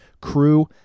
Crew